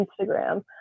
Instagram